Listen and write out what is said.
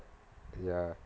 ya